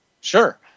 Sure